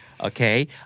Okay